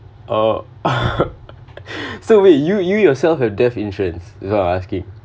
oh so wait you you yourself has death insurance that I was asking